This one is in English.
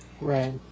Right